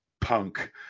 punk